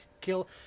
kill